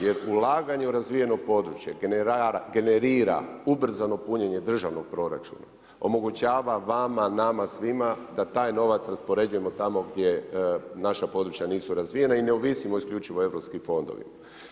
Jer ulaganje u razvijeno područje generira ubrzano punjenje državnog proračuna, omogućava vama, nama svima da taj novac raspoređujemo tamo gdje naša područja nisu razvijena i ne ovisimo isključivo o europskim fondovima.